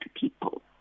people